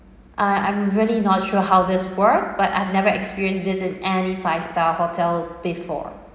I'm I'm really not sure how this works but I've never experienced this in any five star hotel before